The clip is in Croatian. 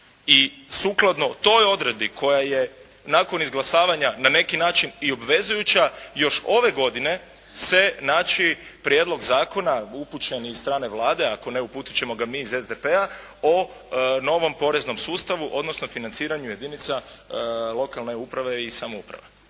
i sukladno toj odredbi koja je nakon izglasavanja na neki način i obvezujuća još ove godine se naći prijedlog zakona upućen iz strane Vlade. Ako ne, uputit ćemo ga mi iz SDP-a o novom poreznom sustavu, odnosno financiranju jedinica lokalne uprave i samouprave.